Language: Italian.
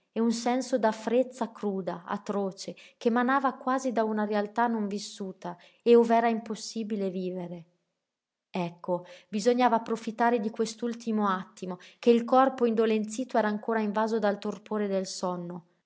e un senso d'afrezza cruda atroce ch'emanava quasi da una realtà non vissuta e ov'era impossibile vivere ecco bisognava approfittare di quest'attimo che il corpo indolenzito era ancora invaso dal torpore del sonno